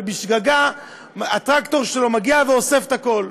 ובשגגה הטרקטור שלו מגיע ואוסף את הכול.